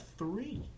three